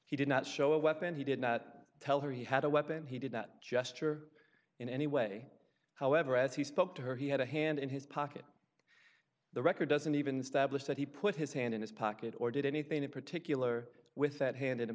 he did not show a weapon he did not tell her he had a weapon he did that gesture in any way however as he spoke to her he had a hand in his pocket the record doesn't even stablished that he put his hand in his pocket or did anything in particular with that hand in